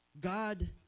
God